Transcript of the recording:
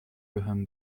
بهم